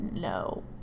no